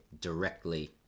directly